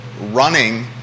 running